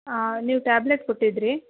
ಹಾಂ ನೀವು ಟ್ಯಾಬ್ಲೆಟ್ ಕೊಟ್ಟಿದ್ದಿರಿ